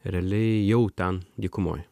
realiai jau ten dykumoj